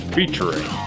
Featuring